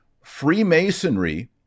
Freemasonry